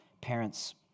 Parents